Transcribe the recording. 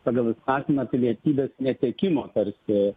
pagal įstatymą pilietybės netekimo tarsi